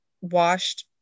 washed